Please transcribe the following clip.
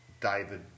David